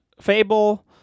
Fable